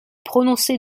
prononcé